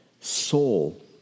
soul